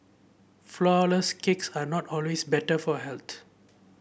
flourless cakes are not always better for health